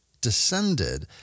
descended